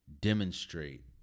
demonstrate